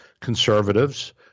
conservatives